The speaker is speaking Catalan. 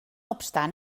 obstant